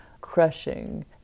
crushing